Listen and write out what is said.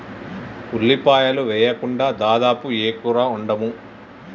ఉల్లిపాయలు వేయకుండా దాదాపు ఏ కూర వండము